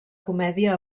comèdia